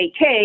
AK